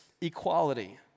equality